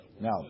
Now